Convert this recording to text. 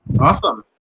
Awesome